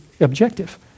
objective